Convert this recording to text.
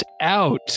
out